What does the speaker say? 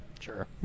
Sure